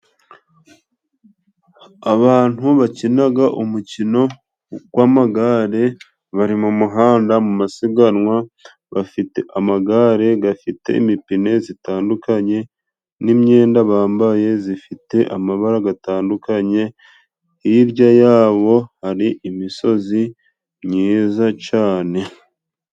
Abantu bakinaga umukino gw'amagare bari mumuhanda mu masiganwa. Bafite amagare gafite imipine zitandukanye, n'imyenda bambaye zifite amabara gatandukanye. Hirya yabo hari imisozi myiza cane.